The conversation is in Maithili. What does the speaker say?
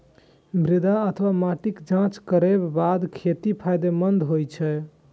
मृदा अथवा माटिक जांच करैक बाद खेती फायदेमंद होइ छै